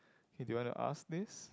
hey do you want to ask this